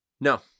No